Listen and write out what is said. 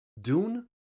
Dune